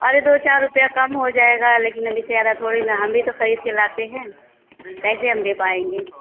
अरे दो चार रुपया कम हो जाएगा लेकिन अभी ज़्यादा थोड़ी ना हम भी तो खरीदकर लाते हैं कैसे हम दे पाएँगे